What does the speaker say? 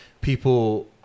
people